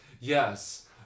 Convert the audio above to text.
Yes